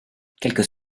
quelques